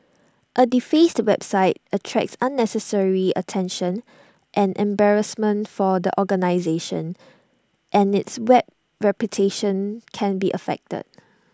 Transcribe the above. A defaced website attracts unnecessary attention and embarrassment for the organisation and its web reputation can be affected